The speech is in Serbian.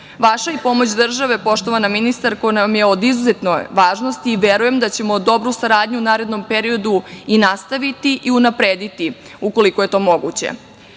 i pomoć države, poštovana ministarko, nam je od izuzetne važnosti i verujem da ćemo dobru saradnju u narednom periodu i nastaviti i unaprediti, ukoliko je to moguće. Sve